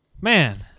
man